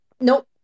nope